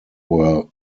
were